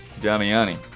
Damiani